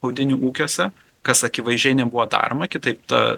audinių ūkiuose kas akivaizdžiai nebuvo daroma kitaip ta